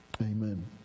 Amen